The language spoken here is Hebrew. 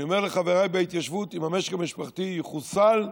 אני אומר לחבריי בהתיישבות: אם המשק המשפחתי יחוסל,